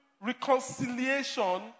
reconciliation